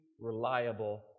reliable